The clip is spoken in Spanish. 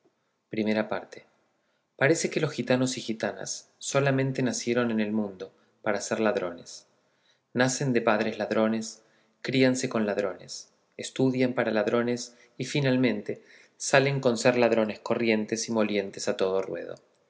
cervantes saavedra parece que los gitanos y gitanas solamente nacieron en el mundo para ser ladrones nacen de padres ladrones críanse con ladrones estudian para ladrones y finalmente salen con ser ladrones corrientes y molientes a todo ruedo